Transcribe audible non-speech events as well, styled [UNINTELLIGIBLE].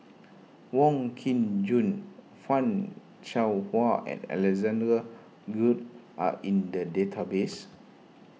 Wong Kin Jong Fan Shao Hua and Alexander [UNINTELLIGIBLE] are in the database